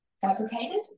fabricated